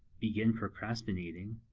begin procrastinating,